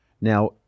Now